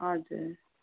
हजुर